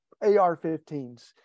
AR-15s